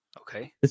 Okay